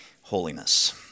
holiness